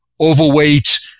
overweight